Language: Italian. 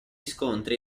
scontri